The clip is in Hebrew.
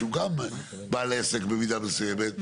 שהוא גם בעל עסק במידה מסוימת.